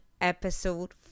Episode